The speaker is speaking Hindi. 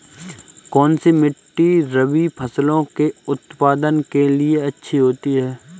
कौनसी मिट्टी रबी फसलों के उत्पादन के लिए अच्छी होती है?